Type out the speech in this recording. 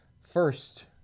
first